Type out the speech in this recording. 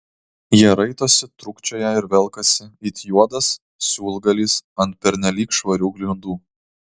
jie raitosi trūkčioja ir velkasi it juodas siūlgalys ant pernelyg švarių grindų